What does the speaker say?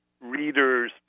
readers